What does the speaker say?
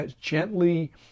gently